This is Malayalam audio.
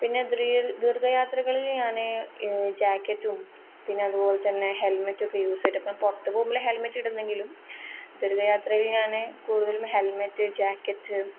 പിന്നെ ദീർഘയാത്രകളിൽ ഞാൻ ജാക്കറ്റും പിന്നെ അതുപോലെത്തന്നെ ഹെൽമറ്റൊക്കെ യൂസ് ചെയ്തിട്ട് അ പുറത്ത് പോകുമ്പോൾ ഹെൽമെറ്റ് ഇടുന്നെങ്കിലും ദീർഘയാത്രയിൽ ഞാൻ കൂടുതലും ഹെൽമറ്റ് ജാക്കറ്റ്